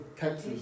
Texas